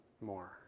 more